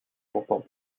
pourtant